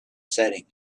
setting